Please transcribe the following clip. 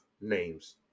names